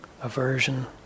aversion